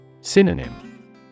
Synonym